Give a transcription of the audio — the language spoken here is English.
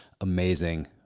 Amazing